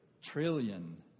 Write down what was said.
Trillion